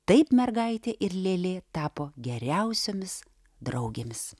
taip mergaitė ir lėlė tapo geriausiomis draugėmis